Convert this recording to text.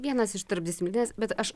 vienas iš tarpdisciplininės bet aš